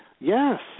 Yes